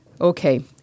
Okay